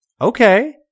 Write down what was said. Okay